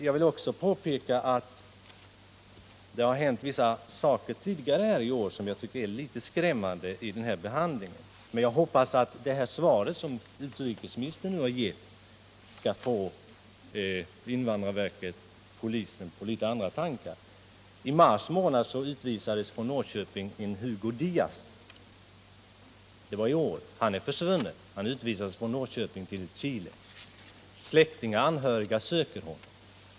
Jag vill också påpeka att det tidigare i år har hänt vissa saker som är litet skrämmande, men jag hoppas att utrikesministerns svar skall få invandrarverket och polisen på andra tankar. I mars i år utvisades Hugo Diaz i Norrköping till Chile. Han är försvunnen, och anhöriga söker honom.